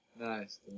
Nice